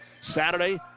Saturday